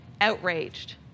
outraged